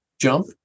jump